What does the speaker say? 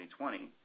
2020